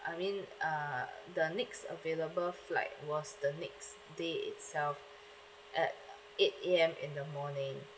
I mean uh the next available flight was the next day itself at eight A_M in the morning